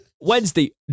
Wednesday